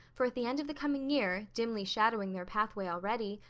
for at the end of the coming year, dimly shadowing their pathway already,